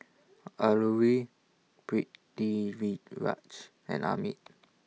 Alluri Pritiviraj and Amit